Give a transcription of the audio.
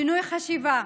לשינוי חשיבה,